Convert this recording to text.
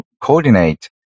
coordinate